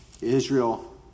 Israel